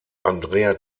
andrea